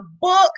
book